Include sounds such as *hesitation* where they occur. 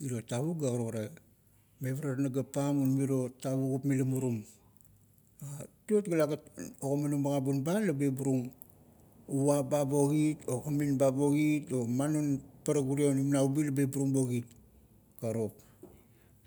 Iro tavuk ga karukara, mevarar nagap pain un miro tavukup mila murum. *hesitation* tituot ga talagat ogimanung magabun ba laba iburung ua ba bo kit, i kamin ba bo kit, o man non parak urie onim naubi laba iburung bo kit, karuk,